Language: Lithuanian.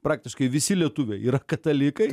praktiškai visi lietuviai yra katalikai